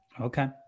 Okay